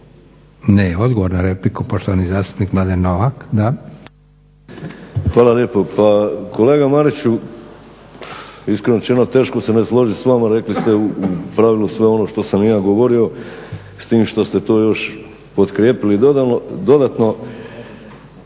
(Hrvatski laburisti - Stranka rada)** Hvala lijepo. Pa kolega Mariću, iskreno rečeno teško se ne složit s vama. Rekli ste u pravilu sve ono što sam i ja govorio s tim što ste to još potkrijepili dodatno.